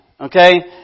Okay